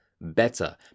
better